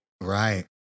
Right